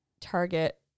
target